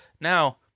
Now